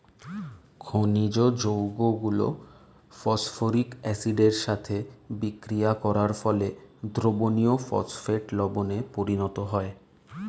খনিজ যৌগগুলো ফসফরিক অ্যাসিডের সাথে বিক্রিয়া করার ফলে দ্রবণীয় ফসফেট লবণে পরিণত হয়